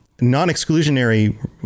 Non-exclusionary